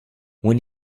when